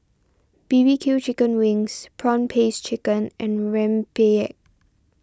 B B Q Chicken Wings Prawn Paste Chicken and Rempeyek